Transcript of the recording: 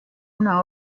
una